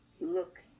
look